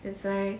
that's why